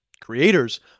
creators